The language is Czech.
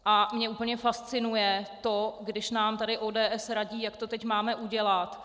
A mě úplně fascinuje to, když nám tady ODS radí, jak to teď máme udělat.